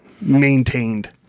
maintained